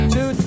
Two